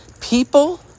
people